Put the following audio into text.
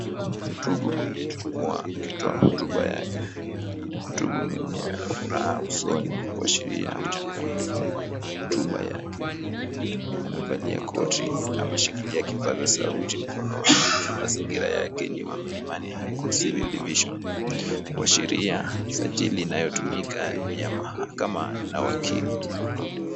Mhutubu kwenye chukua akitoa hotuba yake. Mhutubu mwenyewe ana furaha usoni kuashiria uchangamfu wa hotuba yake. Amevalia koti, ameshikilia kipaza sauti mkononi na mazingira yake ni wa Milimani High Court Civil Division, kuashiria sajili inayotumika ni ya mahakama na wakili.